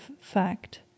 fact